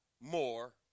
more